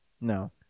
No